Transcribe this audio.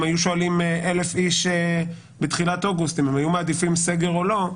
אם היו שואלים 1,000 איש בתחילת אוגוסט אם הם היו מעדיפים סגר או לא,